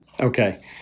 Okay